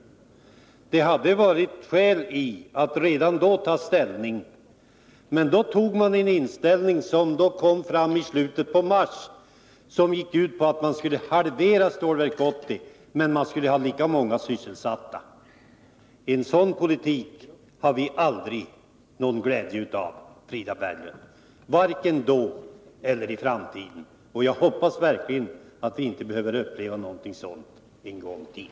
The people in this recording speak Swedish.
Det hade funnits skäl att redan då ta ställning. Men det beslut man fattade kom fram i slutet av mars, och gick ut på att halvera Stålverk 80 men ha lika många sysselsatta. En sådan politik har vi aldrig någon glädje av, Frida Berglund — varken då eller i framtiden. Jag hoppas verkligen att vi inte behöver uppleva någonting sådant en gång till!